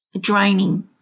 draining